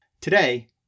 Today